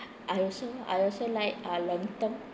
I also like I also like ah lontong